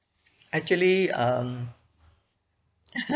actually um